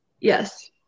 Yes